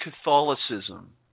Catholicism